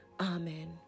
Amen